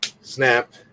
snap